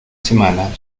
semana